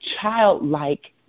childlike